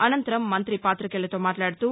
అనంతరం మంతి పాతికేయులతో మాట్లాడుతూ